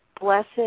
Blessed